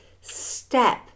step